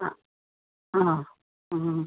ആ ആണോ ആ